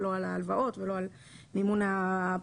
לא על ההלוואות ולא על מימון הבחירות,